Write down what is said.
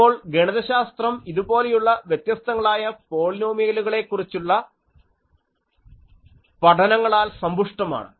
ഇപ്പോൾ ഗണിതശാസ്ത്രം ഇതുപോലെയുള്ള വ്യത്യസ്തങ്ങളായ പോളിനോമിയലുകളെ കുറിച്ചുള്ള പഠനങ്ങളാൽ സമ്പുഷ്ടമാണ്